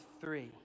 three